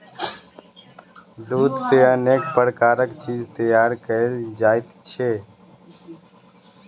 दूध सॅ अनेक प्रकारक चीज तैयार कयल जाइत छै